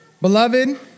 Beloved